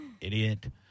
Idiot